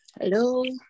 hello